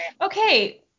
okay